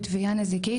בתביעה נזיקית,